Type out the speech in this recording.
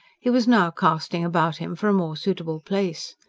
he was now casting about him for a more suitable place.